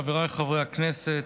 חבריי חברי הכנסת,